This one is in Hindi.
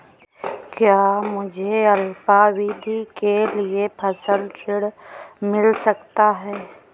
क्या मुझे अल्पावधि के लिए फसल ऋण मिल सकता है?